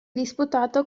disputato